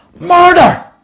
Murder